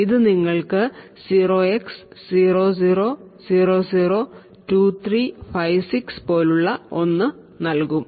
ഇത് നിങ്ങൾക്ക് 0x00002356 പോലുള്ള ഒന്ന് നൽകും